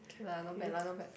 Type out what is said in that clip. ya not bad lah not bad